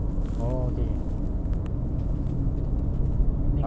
ah evo nine betul betul itu turbo punya spec ah